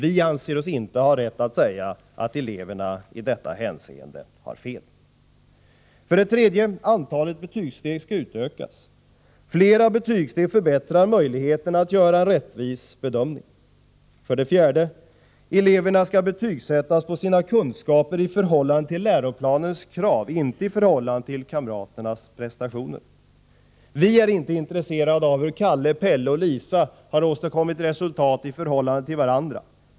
Vi anser oss inte ha rätt att säga att eleverna i detta hänseende inte vet sitt eget bästa. 3. Antalet betygssteg skall utökas. Flera betygssteg förbättrar möjligheterna att göra en rättvis bedömning. 4. Eleverna skall betygsättas på sina kunskaper i förhållande till läroplanens krav, inte i förhållande till kamraternas prestationer. Vi är inte intresserade av vilka resultat Kalle, Pelle och Lisa har åstadkommit i förhållande till varandra.